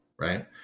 right